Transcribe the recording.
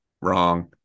wrong